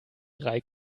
drei